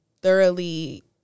thoroughly